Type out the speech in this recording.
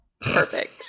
perfect